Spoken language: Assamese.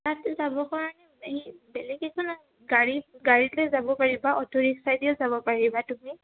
তাত যাবৰ কাৰণে এই বেলেগ একো নালাগে গাড়ী গাড়ীৰে যাব পাৰিবা অ'টোৰিক্সাদিও যাব পাৰিবা তুমি